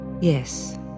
Yes